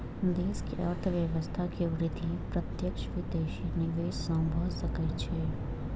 देश के अर्थव्यवस्था के वृद्धि प्रत्यक्ष विदेशी निवेश सॅ भ सकै छै